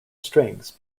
strings